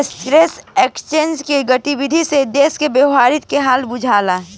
stock exchange के गतिविधि से देश के व्यापारी के हाल बुझला